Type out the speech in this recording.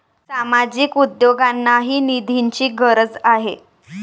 सामाजिक उद्योगांनाही निधीची गरज आहे